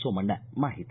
ಸೋಮಣ್ಣ ಮಾಹಿತಿ